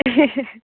ए